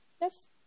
Yes